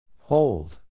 Hold